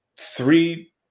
Three –